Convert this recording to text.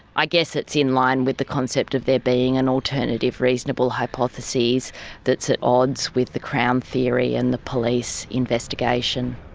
i guess it's in line with the concept of there being an alternative reasonable hypothesis that's at odds with the crown theory and the police investigation.